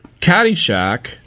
Caddyshack